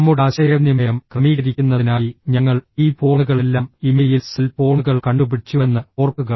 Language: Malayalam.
നമ്മുടെ ആശയവിനിമയം ക്രമീകരിക്കുന്നതിനായി ഞങ്ങൾ ഈ ഫോണുകളെല്ലാം ഇമെയിൽ സെൽ ഫോണുകൾ കണ്ടുപിടിച്ചുവെന്ന് ഓർക്കുക